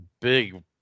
big